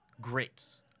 greats